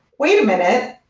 wait a minute.